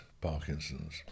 Parkinson's